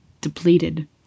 depleted